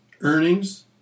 earnings